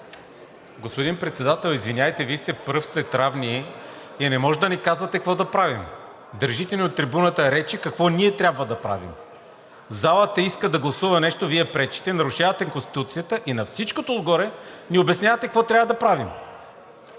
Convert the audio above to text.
Господин Председател, извинявайте, Вие сте пръв сред равни и не може да ни казвате какво да правим. Държите ни от трибуната речи какво ние трябва да правим. Залата иска да гласува нещо – Вие пречите, нарушавате Конституцията и на всичкото отгоре ни обяснявате какво трябва да правим!